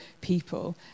people